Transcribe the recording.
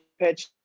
pitch